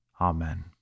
Amen